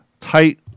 tight